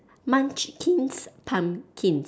munchkins pumpkins